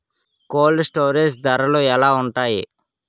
Cold storage ధరలు ఎలా ఉంటాయి?